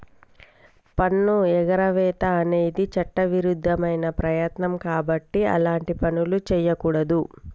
పన్నుఎగవేత అనేది చట్టవిరుద్ధమైన ప్రయత్నం కాబట్టి అలాంటి పనులు చెయ్యకూడదు